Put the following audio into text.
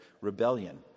rebellion